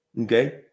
Okay